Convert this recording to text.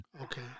Okay